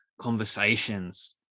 conversations